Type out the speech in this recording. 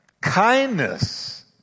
Kindness